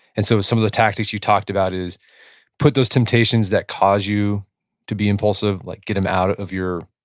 and so some of the tactics you talked about is put those temptations that cause you to be impulsive, like get him out of your,